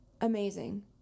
Amazing